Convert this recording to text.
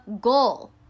goal